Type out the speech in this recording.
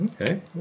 Okay